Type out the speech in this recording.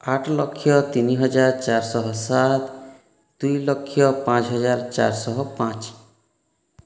ଆଠଲକ୍ଷ ତିନିହଜାର ଚାରିଶହ ସାତ ଦୁଇଲକ୍ଷ ପାଞ୍ଚହଜାର ଚାରିଶହ ପାଞ୍ଚ